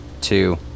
Two